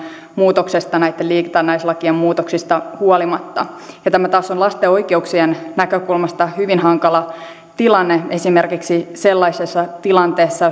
muutoksesta ja näitten liitännäislakien muutoksista huolimatta tämä taas on lasten oikeuksien näkökulmasta hyvin hankala tilanne esimerkiksi sellaisessa tilanteessa